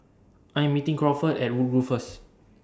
I Am meeting Crawford At Woodgrove First